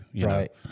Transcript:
Right